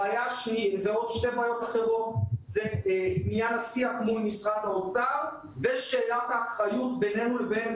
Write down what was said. ושתי בעיות אחרות: עניין השיח מול משרד האוצר ושאלת האחריות בינינו לבין